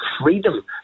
freedom